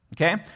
Okay